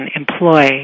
employ